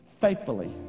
faithfully